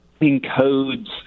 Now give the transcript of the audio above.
encodes